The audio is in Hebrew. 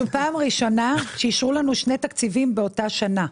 זו פעם ראשונה שאישרו לנו שני תקציבים באותה שנה.